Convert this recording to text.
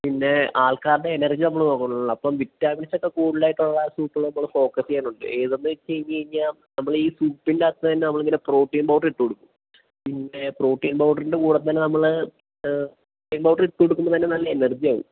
പിന്നെ ആൾക്കാരുടെയെനർജി നമ്മൾ നോക്കണമല്ലോ അപ്പം വിറ്റാമിൻസൊക്കെ കൂടുതലായിട്ടുള്ള സൂപ്പ്കൾ എപ്പോഴും ഫോക്കസ്സ് ചെയ്യണത് കൊണ്ട് ഏതെന്ന് വെച്ചു കഴിഞ്ഞ് കഴിഞ്ഞാൽ നമ്മൾ ഈ സൂപ്പിൻറ്റകത്തന്നെ നമ്മൾ ഇങ്ങനെ പ്രോട്ടീൻ പൗഡറിട്ട് കൊടുക്കും പിന്നെ പ്രോട്ടീൻ പൗഡറിൻ്റെകൂടെ തന്നെ നമ്മൾ പ്രോട്ടീൻ പൗഡറിട്ട് കൊടുക്കുമ്പോൾ തന്നെ നല്ല എനർജിയാവും